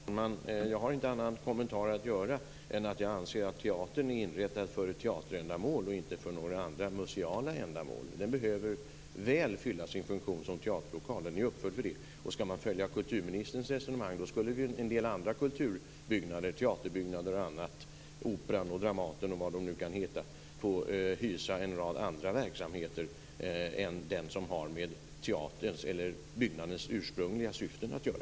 Herr talman! Jag har ingen annan kommentar att göra än att jag anser att teatern är inrättad för teaterändamål och inte för några andra, museala ändamål. Den behöver väl få fylla sin funktion som teaterlokal. Den är uppförd för det. Skall man följa kulturministerns resonemang skulle en del andra kulturbyggnader, teaterbyggnader och annat, Operan och Dramaten eller vad det nu kan vara, få hysa en rad andra verksamheter än de som har med byggnadens ursprungliga syften att göra.